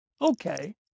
Okay